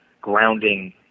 grounding